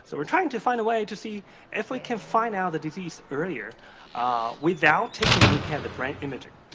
so we're trying to find a way to see if we can find out the disease earlier without taking a look at the brain imaging.